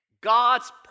God's